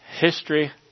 history